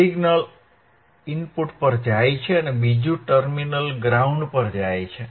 signal input પર જાય છે અને બીજું ટર્મિનલ ગ્રાઉંડ પર જાય છે